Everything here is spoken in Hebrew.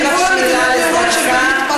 יש לך שאלה לסגן השר?